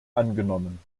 angenommen